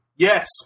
Yes